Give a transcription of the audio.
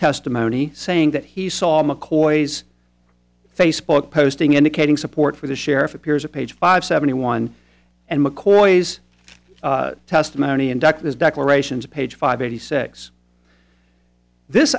testimony saying that he saw mccoy's facebook posting indicating support for the sheriff appears a page five seventy one and mccoys testimony inductors declarations page five eighty six this